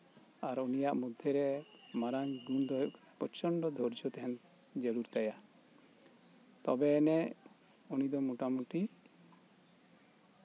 ᱟᱨ ᱩᱱᱤᱭᱟᱜ ᱢᱚᱫᱽᱫᱷᱨᱮ ᱢᱟᱨᱟᱝ ᱜᱩᱱ ᱫᱚ ᱦᱩᱭᱩᱜ ᱠᱟᱱᱟ ᱯᱨᱚᱪᱚᱱᱰᱚ ᱫᱷᱳᱨᱡᱚ ᱛᱟᱸᱦᱮᱱ ᱡᱟᱹᱨᱩᱲ ᱛᱟᱭᱟ ᱛᱚᱵᱮ ᱟᱹᱱᱤᱡ ᱩᱱᱤ ᱫᱚ ᱢᱳᱴᱟᱢᱩᱴᱤ